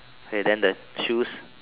k then the shoes